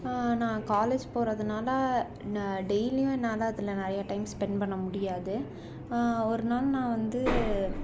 நான் காலேஜ் போகிறதுனால டெயிலியும் என்னால் அதில் நிறைய டைம் ஸ்பென்ட் பண்ண முடியாது ஒரு நாள் நான் வந்து